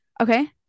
Okay